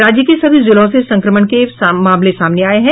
राज्य के सभी जिलों से संक्रमण के मामले सामने आये हैं